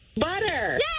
Butter